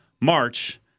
March